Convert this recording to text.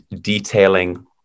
detailing